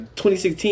2016